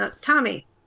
Tommy